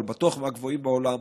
אבל בטוח מהגבוהים בעולם.